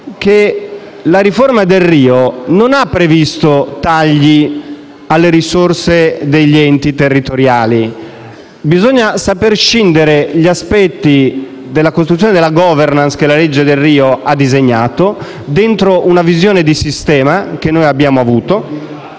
la riforma Delrio non ha previsto tagli alle risorse degli enti territoriali. Bisogna saper scindere gli aspetti della costruzione della *governance*, che la legge Delrio ha disegnato all'interno di una visione di sistema, che abbiamo avuto,